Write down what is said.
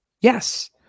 Yes